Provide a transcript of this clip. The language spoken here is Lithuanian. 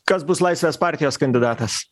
kas bus laisvės partijos kandidatas